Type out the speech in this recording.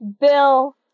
Bill